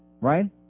Right